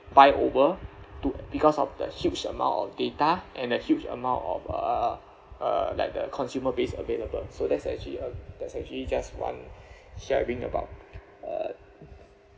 uh buy over to because of the huge amount of data and the huge amount of uh uh like the consumer that's available so that's actually uh that's actually just one sharing about uh